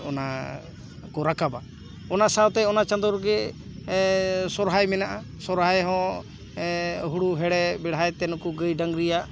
ᱚᱱᱟ ᱠᱚ ᱨᱟᱠᱟᱵᱟ ᱚᱱᱟ ᱥᱟᱶᱛᱮ ᱚᱱᱟ ᱪᱟᱸᱫᱳ ᱨᱮᱜᱮ ᱥᱚᱨᱦᱟᱭ ᱢᱮᱱᱟᱜᱼᱟ ᱥᱚᱨᱦᱟᱭ ᱦᱚᱸ ᱦᱳᱲᱳ ᱦᱮᱲᱦᱮᱫ ᱵᱮᱲᱦᱟᱭ ᱛᱮ ᱱᱩᱠᱩ ᱜᱟᱹᱭ ᱰᱟᱹᱝᱨᱤᱭᱟᱜ